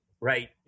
Right